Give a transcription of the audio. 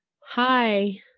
Hi